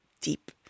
deep